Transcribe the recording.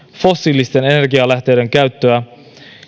fossiilisten energialähteiden käyttöä